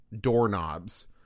doorknobs